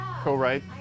co-write